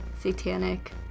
satanic